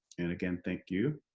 and again, thank you.